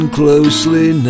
closely